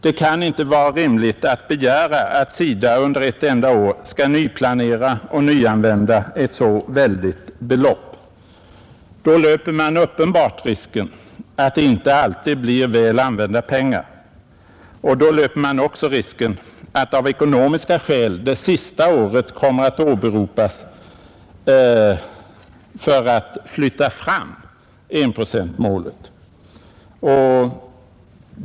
Det kan inte vara rimligt att begära att SIDA under ett enda år skall nyplanera och nyanvända ett så väldigt belopp. Då löper man uppenbart risken att det inte alltid blir väl använda pengar, och man löper också risken att ekonomiska skäl det sista året kommer att åberopas för att flytta fram enprocentsmålet.